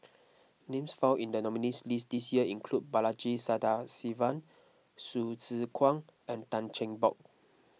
names found in the nominees list this year include Balaji Sadasivan Hsu Tse Kwang and Tan Cheng Bock